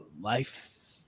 life